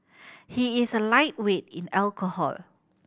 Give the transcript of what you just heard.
he is a lightweight in alcohol